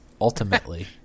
ultimately